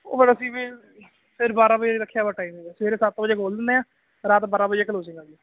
ਉਹ ਫਿਰ ਅਸੀਂ ਵੀ ਫਿਰ ਬਾਰਾਂ ਵਜੇ ਰੱਖਿਆ ਸਵੇਰੇ ਸੱਤ ਵਜੇ ਖੋਲ ਦਿੰਦੇ ਆ ਰਾਤ ਬਾਰਾਂ ਵਜੇ ਕਲੋਜਿੰਗ ਆ